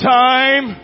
time